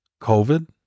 COVID